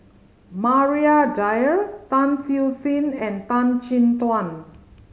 Maria Dyer Tan Siew Sin and Tan Chin Tuan